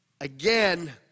again